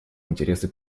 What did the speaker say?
интересы